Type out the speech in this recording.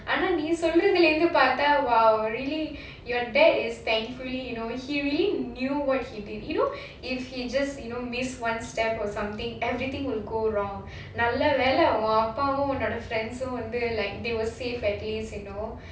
ஆனா நீ சொல்றதிலிருந்து பாத்த:aanaa nee soldrathlrindhu paartha !wow! really your dad is thankfully you know he really knew what he did you know if he just you know miss one step or something everything will go wrong நல்லவேளை உன் அப்பாவும் உன்னோட: nallavelai un appavum unnoda friends um வந்து:um vandhu like they were safe at least you know